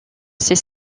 ses